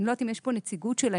אני לא יודעת אם יש פה נציגות שלהם.